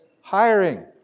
hiring